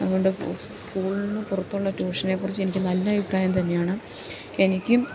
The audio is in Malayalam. അതുകൊണ്ട് സ്കൂളിന് പുറത്തുള്ള ട്യൂഷനെക്കുറിച്ച് എനിക്ക് നല്ല അഭിപ്രായം തന്നെയാണ് എനിക്കും